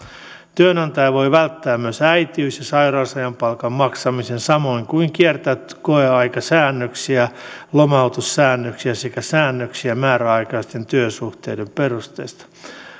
työnantaja voi välttää myös äitiys ja sairausajan palkan maksamisen samoin kuin kiertää koeaikasäännöksiä lomautussäännöksiä sekä säännöksiä määräaikaisten työsuhteiden perusteista